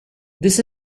this